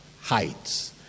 heights